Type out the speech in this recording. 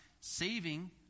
saving